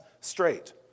straight